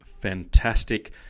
fantastic